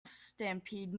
stampede